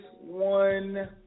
one